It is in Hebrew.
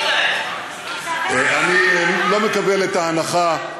אני לא מקבל את ההנחה,